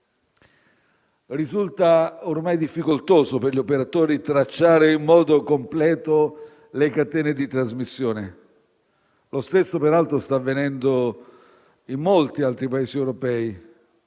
Risulta ormai difficoltoso per gli operatori tracciare in modo completo le catene di trasmissione. Lo stesso, peraltro, sta avvenendo in molti altri Paesi europei,